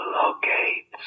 locate